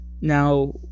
Now